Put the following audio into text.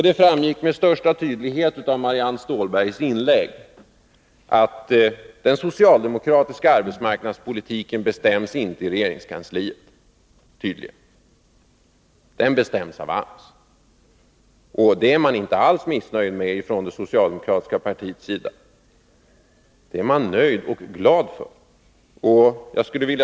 Det framgick med stor tydlighet av Marianne Stålbergs inlägg att den socialdemokratiska arbetsmarknadspolitiken inte bestäms i regeringskansliet — den bestäms på AMS. Och det är man från det socialdemokratiska partiets sida inte alls missnöjd med; tvärtom det är man nöjd med och glad över.